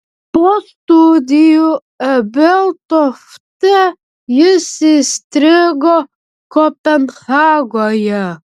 po studijų ebeltofte jis įstrigo kopenhagoje